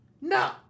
No